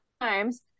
times